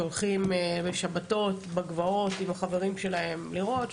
שהולכים בשבתות לגבעות עם החברים שלהם לירות,